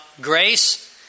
grace